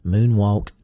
Moonwalk